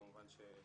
כמובן שנשמח.